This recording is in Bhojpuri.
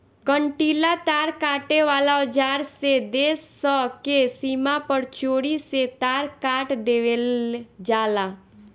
कंटीला तार काटे वाला औज़ार से देश स के सीमा पर चोरी से तार काट देवेल जाला